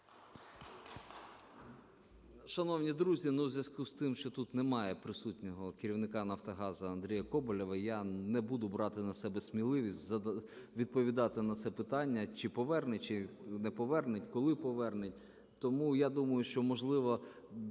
Шановні друзі, ну, у зв'язку з тим, що тут немає присутнього керівника "Нафтогазу" Андрія Коболєва, я не буду брати на себе сміливість відповідати на це питання, чи поверне, чи не поверне, коли поверне. Тому, я думаю, що, можливо,